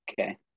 okay